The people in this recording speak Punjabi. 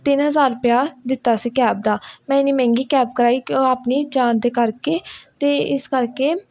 ਤਿੰਨ ਹਜ਼ਾਰ ਰੁਪਇਆ ਦਿਤਾ ਸੀ ਕੈਬ ਦਾ ਮੈਂ ਇੰਨੀ ਮਹਿੰਗੀ ਕੈਬ ਕਰਵਾਈ ਕਿ ਉਹ ਆਪਣੀ ਜਾਣ ਦੇ ਕਰਕੇ ਅਤੇ ਇਸ ਕਰਕੇ